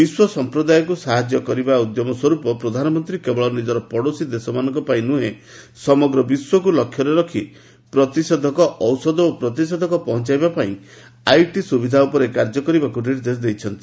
ବିଶ୍ୱ ସମ୍ପ୍ରଦାୟକୁ ସାହାଯ୍ୟ କରିବାର ଉଦ୍ୟମ ସ୍ୱରୂପ ପ୍ରଧାନମନ୍ତ୍ରୀ କେବଳ ନିଜର ପଡ଼ୋଶୀ ଦେଶମାନଙ୍କ ପାଇଁ ନୁହେଁ ସମଗ୍ର ବିଶ୍ୱକୁ ଲକ୍ଷ୍ୟରେ ରଖି ପ୍ରତିଷେଧକ ଔଷଧ ଓ ପ୍ରତିଷେଧକ ପହଞ୍ଚାଇବା ପାଇଁ ଆଇଟି ସୁବିଧା ଉପରେ କାର୍ଯ୍ୟ କରିବାକୁ ନିର୍ଦ୍ଦେଶ ଦେଇଛନ୍ତି